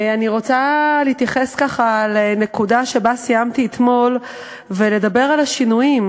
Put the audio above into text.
אני רוצה להתייחס לנקודה שבה סיימתי אתמול ולדבר על שינויים,